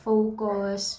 Focus